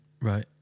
right